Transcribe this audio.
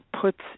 puts